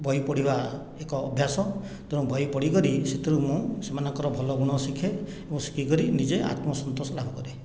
ବହି ପଢ଼ିବା ଏକ ଅଭ୍ୟାସ ତେଣୁ ବହି ପଢ଼ିକରି ସେଥିରୁ ମୁଁ ସେମାନଙ୍କର ଭଲ ଗୁଣ ଶିଖେ ଏବଂ ଶିଖିକରି ନିଜେ ଆତ୍ମ ସନ୍ତୋଷ ଲାଭ କରେ